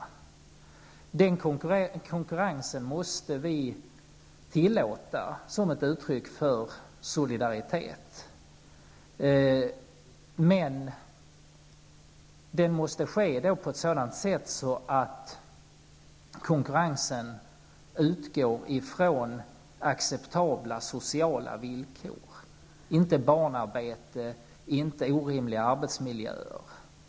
Den konkurrensen måste vi tillåta som ett uttryck för solidaritet. Konkurrensen måste dock ske på ett sådant sätt att den utgår ifrån acceptabla sociala villkor. Det får inte vara fråga om barnarbete och orimliga arbetsmiljöer.